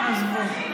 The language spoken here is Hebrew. עזבו.